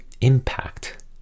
impact